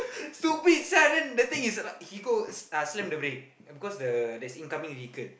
stupid sia then the thing is he go uh slam the brake because the there's incoming vehicle